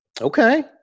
Okay